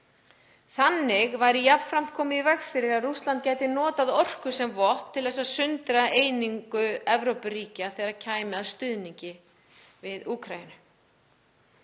Þannig væri jafnframt komið í veg fyrir að Rússland geti notað orku sem vopn til að sundra einingu Evrópuríkja þegar kæmi að stuðningi við Úkraínu.